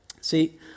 See